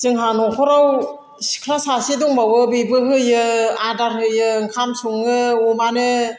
जोंहा न'खराव सिख्ला सासे दंबावो बिबो होयो आदार होयो ओंखाम संङो अमानो